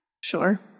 sure